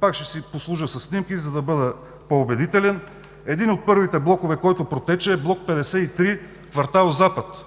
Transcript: пак ще си послужа със снимки, за да бъда по-убедителен (показва снимки). Един от първите блокове, който протече е бл. 53, квартал „Запад“,